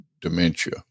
dementia